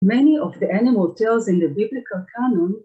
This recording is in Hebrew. ‫הרבה מהחיות ‫בתנ"ך הקאנוני